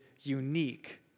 unique